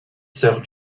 sir